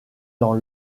dans